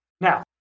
Now